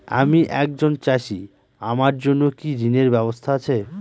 আমি একজন চাষী আমার জন্য কি ঋণের ব্যবস্থা আছে?